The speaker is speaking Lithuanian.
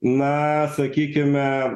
na sakykime